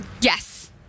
Yes